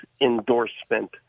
endorsement